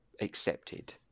accepted